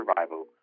survival